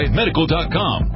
medical.com